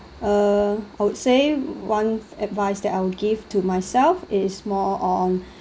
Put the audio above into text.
uh I would say one advise that l would give to myself is more on